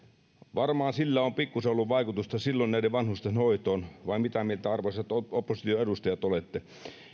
varmaan sillä on pikkusen ollut vaikutusta silloin näiden vanhusten hoitoon vai mitä mieltä arvoisat opposition edustajat olette